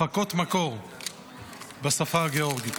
הפקות מקור בשפה הגאורגית.